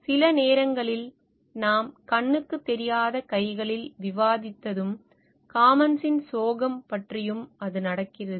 சில நேரங்களில் நாம் கண்ணுக்குத் தெரியாத கைகளில் விவாதித்ததும் காமன்ஸின் சோகம் பற்றியும் அது நடக்கிறது